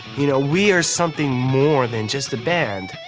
you know we are something more than just a band.